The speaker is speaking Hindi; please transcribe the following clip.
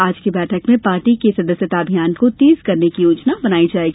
आज की बैठक में पार्टी के सदस्यता अभियान को तेज करने की योजना बनाई जाएगी